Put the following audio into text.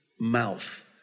mouth